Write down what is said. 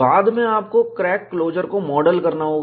बाद में आपको क्रैक क्लोजर को मॉडल करना होगा